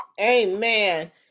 Amen